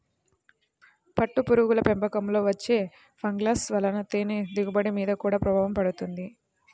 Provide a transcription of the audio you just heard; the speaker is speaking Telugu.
పట్టుపురుగుల పెంపకంలో వచ్చే ఫంగస్ల వలన తేనె దిగుబడి మీద గూడా ప్రభావం పడుతుంది